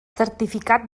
certificat